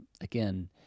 again